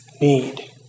need